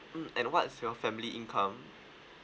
mm and what's your family income